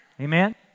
Amen